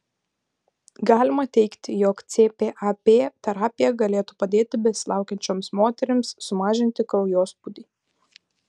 galima teigti jog cpap terapija galėtų padėti besilaukiančioms moterims sumažinti kraujospūdį